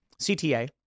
CTA